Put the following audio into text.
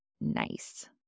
nice